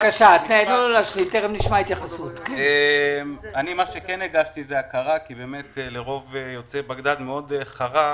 הצעת חוק שעוסקת בהכרה כי באמת לרוב יוצאי בגדד מאוד חרה,